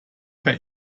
per